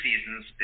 seasons